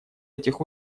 этих